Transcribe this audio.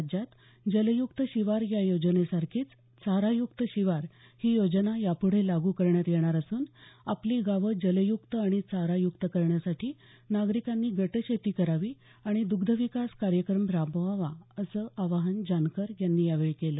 राज्यात जलय्क्त शिवार या योजनेसारखीच चाराय्क्त शिवार ही योजना यापुढे लागू करण्यात येणार असून आपली गावं जलयुक्त आणि चारायुक्त करण्यासाठी नागरिकांनी गटशेती करावी आणि दुग्धविकास कार्यक्रम राबवावा असं आवाहन जानकर यांनी यावेळी केलं